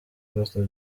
pastor